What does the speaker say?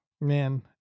Man